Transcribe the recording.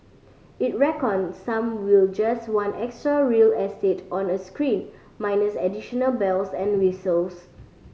it reckon some will just want extra real estate on a screen minus additional bells and whistles